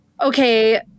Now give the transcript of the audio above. okay